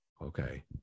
okay